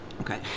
Okay